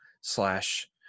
slash